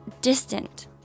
distant